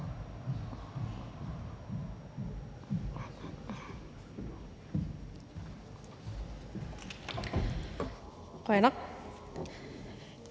være nok.